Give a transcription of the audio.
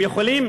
הם יכולים